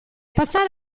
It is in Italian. passare